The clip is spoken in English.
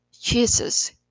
Jesus